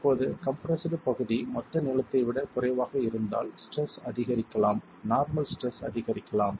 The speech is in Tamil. இப்போது கம்ப்ரெஸ்டு பகுதி மொத்த நீளத்தை விட குறைவாக இருந்தால் ஸ்ட்ரெஸ் அதிகரிக்கலாம் நார்மல் ஸ்ட்ரெஸ்அதிகரிக்கலாம்